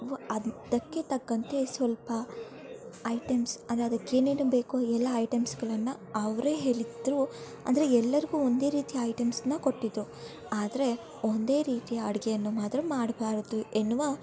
ವ ಅದಕ್ಕೆ ತಕ್ಕಂತೆ ಸ್ವಲ್ಪ ಐಟಮ್ಸ್ ಅಂದರೆ ಅದಕ್ಕೇನೇನು ಬೇಕೋ ಎಲ್ಲ ಐಟಮ್ಸ್ಗಳನ್ನು ಅವರೇ ಹೇಳಿದ್ರು ಅಂದರೆ ಎಲ್ಲರಿಗೂ ಒಂದೇ ರೀತಿಯ ಐಟಮ್ಸನ್ನ ಕೊಟ್ಟಿದ್ದು ಆದರೆ ಒಂದೇ ರೀತಿಯ ಅಡುಗೆಯನ್ನು ಮಾತ್ರ ಮಾಡಬಾರದು ಎನ್ನುವ